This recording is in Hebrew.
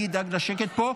אני אדאג לשקט פה,